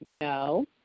No